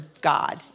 God